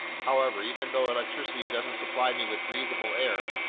however, even though electricity doesn't supply me with breathable air,